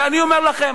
ואני אומר לכם,